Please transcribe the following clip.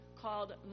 called